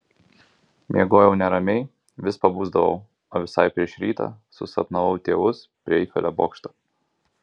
miegojau neramiai vis pabusdavau o visai prieš rytą susapnavau tėvus prie eifelio bokšto